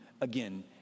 again